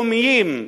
הלאומיים.